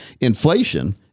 inflation